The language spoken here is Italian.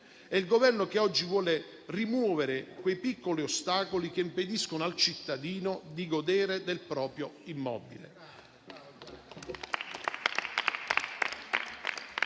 È il Governo che oggi vuole rimuovere quei piccoli ostacoli che impediscono al cittadino di godere del proprio immobile.